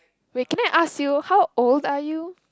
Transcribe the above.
wait can I ask you how old are you